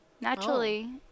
Naturally